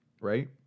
right